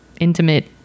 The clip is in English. intimate